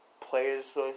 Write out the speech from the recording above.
players